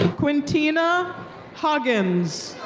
quintina huggins.